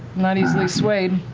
not easily swayed.